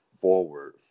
forward